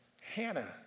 Hannah